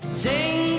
Sing